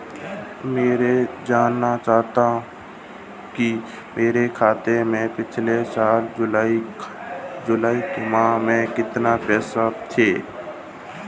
मैं जानना चाहूंगा कि मेरे खाते में पिछले साल जुलाई माह में कितने पैसे थे?